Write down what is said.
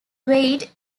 weight